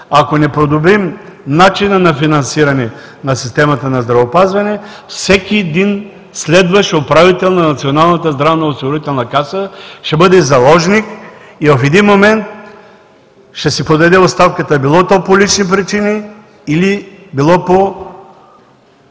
ако не подобрим начина на финансиране на системата на здравеопазване, всеки следващ управител на Националната здравноосигурителна каса ще бъде заложник и в един момент ще си подаде оставката – било то по лични причини, или било по